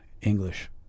English